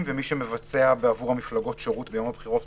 ומי שמבצע בעבור המפלגות שירות ביום הבחירות,